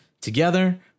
Together